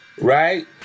right